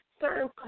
certain